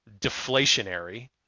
deflationary